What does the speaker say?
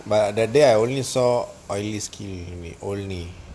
but that day I only saw oily skin may only